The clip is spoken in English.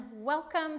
welcome